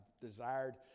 desired